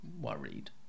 worried